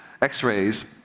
X-rays